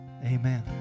amen